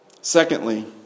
Secondly